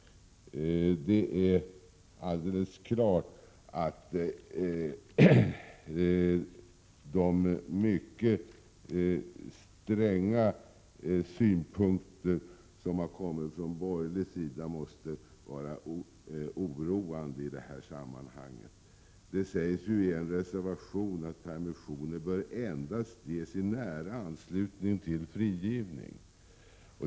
Det är alldeles klart att de mycket stränga synpunkter som har anförts från borgerlig sida måste vara oroande i detta sammanhang. Det sägs ju i en reservation att permissioner bör ges endast i nära anslutning till frigivning.